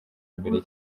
imbere